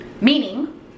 meaning